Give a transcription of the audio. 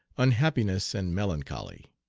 unhappiness, and melancholy.